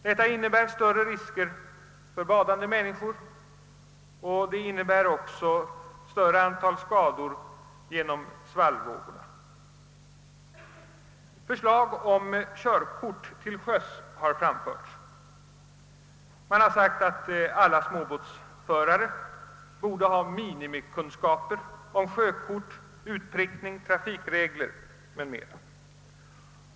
Detta innebär större risker för badande människor, och det medför också ett större antal skador genom svallvågor. Förslag om körkort till sjöss har framförts. Det har sagts att alla småbåtsförare borde ha minimikunskaper om körkort, utprickning, trafikregler etc.